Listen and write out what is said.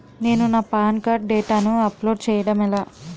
నేను నా PAN card డేటాను అప్లోడ్ చేయడం ఎలా?